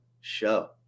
show